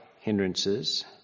hindrances